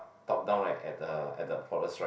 top down like at the at the forest right